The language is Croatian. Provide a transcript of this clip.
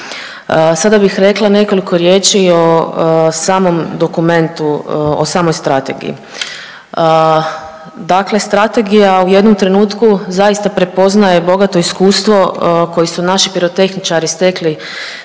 Sada bih rekla nekoliko riječi o samom dokumentu o samoj strategiji. Dakle strategija u jednom trenutku zaista prepoznaje bogato iskustvo koje su naši pirotehničari stekli